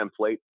template